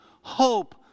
Hope